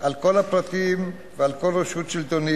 על כל הפרטים ועל כל רשות שלטונית,